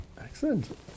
Excellent